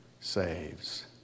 saves